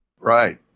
Right